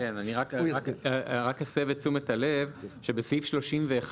אני רק אסב את תשומת הלב שבסעיף 31,